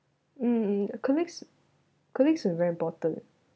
mm colleagues colleagues are very important